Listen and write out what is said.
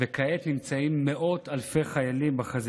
וכעת נמצאים מאות אלפי חיילים בחזית.